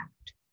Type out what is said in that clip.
act